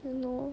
you know